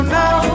now